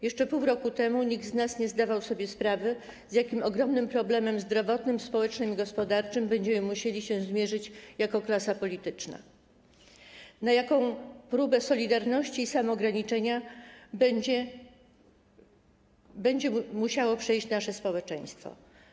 Jeszcze pół roku temu nikt z nas nie zdawał sobie sprawy z tego, z jakim ogromnym problemem zdrowotnym, społecznym i gospodarczym będziemy musieli się zmierzyć jako klasa polityczna, jaką próbę solidarności i samoograniczenia będzie musiało przejść nasze społeczeństwo.